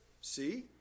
see